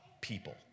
people